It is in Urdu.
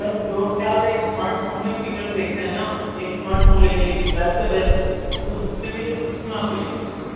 سر جو بھی آپ ایک اسمارٹ فون میں فیچرس دیکھتے ہیں نا ایک اسمارٹ فون لینے کے حساب سے بیسٹ وہ سارے فیچرس اس میں آپ کو ملیں گے